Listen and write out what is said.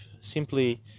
simply